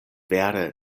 vere